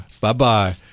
Bye-bye